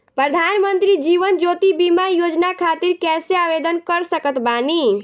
प्रधानमंत्री जीवन ज्योति बीमा योजना खातिर कैसे आवेदन कर सकत बानी?